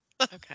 okay